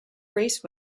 race